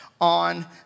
on